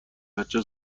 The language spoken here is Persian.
بچه